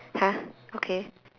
!huh! okay